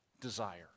desire